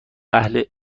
اهل